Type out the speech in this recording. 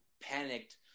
panicked